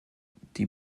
die